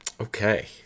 Okay